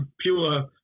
pure